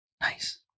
nice